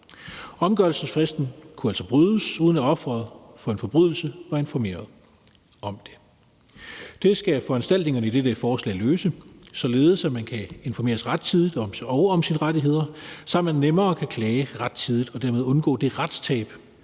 Omgørelsesfristen kunne altså overskrides, uden at offeret for en forbrydelse var informeret om det. Det skal foranstaltningerne i dette forslag løse, således at man kan blive informeret rettidigt og om sine rettigheder, så man nemmere kan klage rettidigt og dermed undgå det retstab,